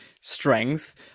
strength